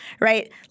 right